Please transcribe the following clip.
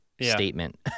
statement